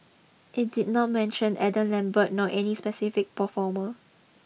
it did not mention Adam Lambert nor any specific performer